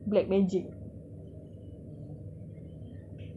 dah fuse black magic